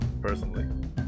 Personally